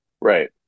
Right